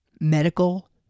Medical